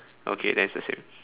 okay then it's the same